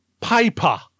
Paper